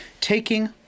Taking